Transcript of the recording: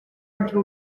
until